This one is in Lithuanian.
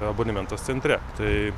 abonementas centre tai